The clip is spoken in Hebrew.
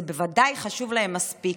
זה בוודאי חשוב להם מספיק.